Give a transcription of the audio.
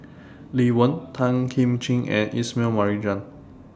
Lee Wen Tan Kim Ching and Ismail Marjan